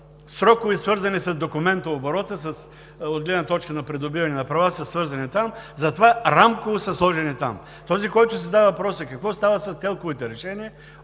срокове, свързани с документооборота, от гледна точна на придобиване на права са свързани там, затова рамково са сложени там. За този, който си задава въпроса: какво става с ТЕЛК-овите решения?